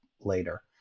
later